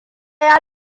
ya